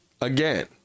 again